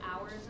hours